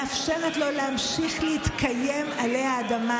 מאפשרת לו להמשיך להתקיים עלי האדמה,